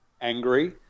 angry